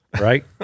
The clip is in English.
Right